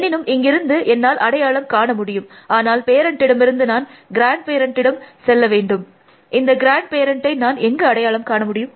எனினும் இங்கிருந்து என்னால் அடையாளம் காண முடியும் ஆனால் பேரண்டிடமிருந்து நான் க்ராண்ட்பேரண்ட்டிடம் செல்ல வேண்டும் இந்த கிராண்ட்பேரண்டை நான் எங்கு அடையாளம் காண முடியும்